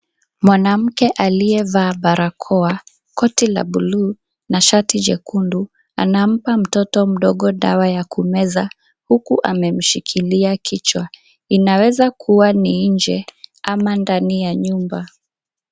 Mwanamke aliyevaa barakoa, koti la bluu na shati jekundu anampa mtoto dawa ta kumeza huku amemshikilia kichwa. Inaweza kuwa ni nje ama ndani ya nyumba.